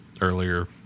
earlier